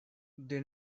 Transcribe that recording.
they